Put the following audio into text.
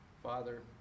Father